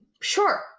sure